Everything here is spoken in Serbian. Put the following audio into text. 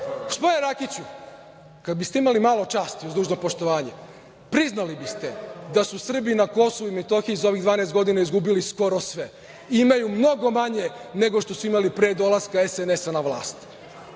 Rakiću, kad biste imali malo časti, uz dužno poštovanje, priznali biste da su Srbi na Kosovu i Metohiji za ovih 12 godina izgubili skoro sve. Imaju mnogo manje nego što su imali pre dolaska SNS na vlast.